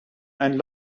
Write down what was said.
and